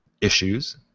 issues